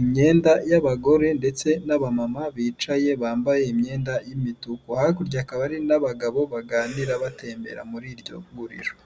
imyenda y'abagore ndetse n'abamama bicaye bambaye imyenda y'imituku, hakurya hakaba hari n'abagabo baganira batembera muri iryo guriro.